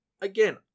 Again